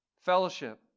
Fellowship